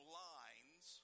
lines